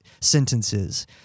sentences